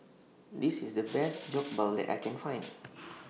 This IS The Best Jokbal that I Can Find